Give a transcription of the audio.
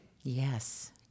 Yes